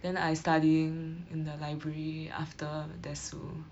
then I studying in the library after desu